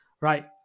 Right